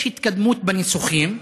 יש התקדמות בניסוחים,